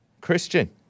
Christian